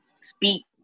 speak